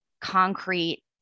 concrete